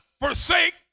forsake